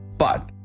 but,